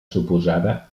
suposada